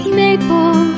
maple